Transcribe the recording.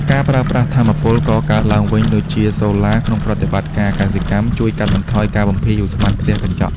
ការប្រើប្រាស់ថាមពលកកើតឡើងវិញដូចជាសូឡា ក្នុងប្រតិបត្តិការកសិកម្ម ជួយកាត់បន្ថយការបំភាយឧស្ម័នផ្ទះកញ្ចក់។